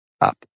up